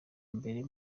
imbere